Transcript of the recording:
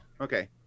Okay